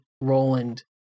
Roland